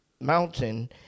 mountain